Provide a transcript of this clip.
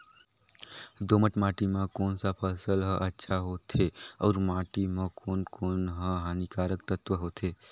दोमट माटी मां कोन सा फसल ह अच्छा होथे अउर माटी म कोन कोन स हानिकारक तत्व होथे?